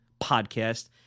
podcast